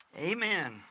Amen